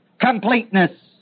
completeness